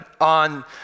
on